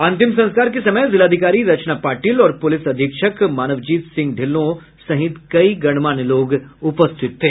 अंतिम संस्कार के समय जिलाधिकारी रचना पाटिल और पुलिस अधीक्षक मानव जीत ढ़िल्लो सहित कई गणमान्य लोग उपस्थित थे